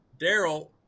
Daryl